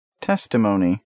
testimony